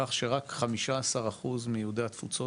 לכך שרק 15 אחוז מיהודי התפוצות,